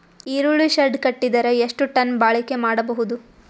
ಈರುಳ್ಳಿ ಶೆಡ್ ಕಟ್ಟಿದರ ಎಷ್ಟು ಟನ್ ಬಾಳಿಕೆ ಮಾಡಬಹುದು?